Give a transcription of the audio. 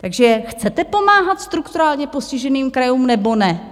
Takže chcete pomáhat strukturálně postiženým krajům, nebo ne?